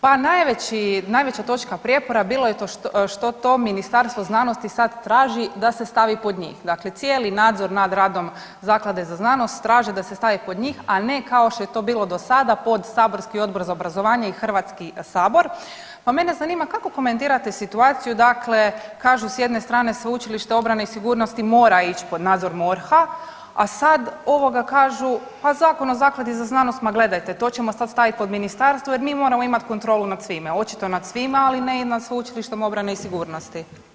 Pa najveći, najveća točka prijepora bilo je što to Ministarstvo znanosti sad traži da se stavi pod njih, dakle cijeli nadzor nad radom zaklade za znanost traže da se stavi pod njih, a ne kao što je to bilo do sada pod saborski Odbor za obrazovanje i HS, pa mene zanima kako komentirate situaciju dakle kažu s jedne strane Sveučilište obrane i sigurnosti mora ić pod nadzor MORH-a, a sad ovoga kažu pa Zakon o zakladi za znanost ma gledajte to ćemo sad stavit pod ministarstvo jer mi moramo imat kontrolu nad svime, očito nad svima, ali ne i na Sveučilište obrane i sigurnosti.